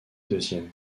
deuxième